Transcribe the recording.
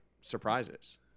surprises